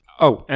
oh and